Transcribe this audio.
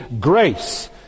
grace